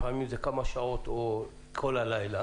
לפעמים יש לו כמה שעות או כל הלילה,